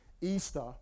Easter